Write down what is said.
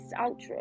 outro